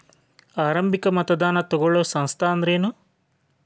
ಆರಂಭಿಕ್ ಮತದಾನಾ ತಗೋಳೋ ಸಂಸ್ಥಾ ಅಂದ್ರೇನು?